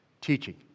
teaching